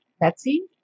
Betsy